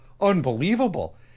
unbelievable